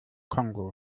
kongo